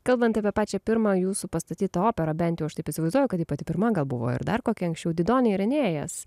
kalbant apie pačią pirmą jūsų pastatytą operą bent jau aš taip įsivaizduoju kad ji pati pirma gal buvo ir dar kokia anksčiau didonė ir enėjas